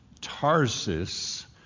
Tarsus